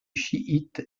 chiite